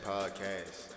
Podcast